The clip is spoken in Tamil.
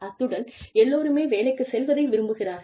அத்துடன் எல்லோருமே வேலைக்குச் செல்வதை விரும்புகிறார்கள்